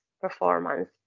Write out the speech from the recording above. performance